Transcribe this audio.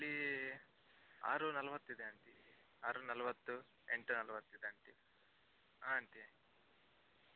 ಇಲ್ಲಿ ಆರು ನಲವತ್ತು ಇದೆ ಆಂಟಿ ಆರು ನಲವತ್ತು ಎಂಟು ನಲವತ್ತಿದೆ ಆಂಟಿ ಹಾಂ ಆಂಟಿ